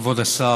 כבוד השר,